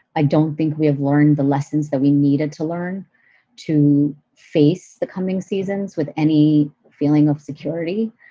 i don't think we have learned the lessons that we needed to learn to face the coming seasons with any feeling of security.